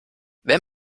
wenn